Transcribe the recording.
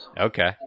Okay